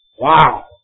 Wow